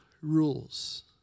rules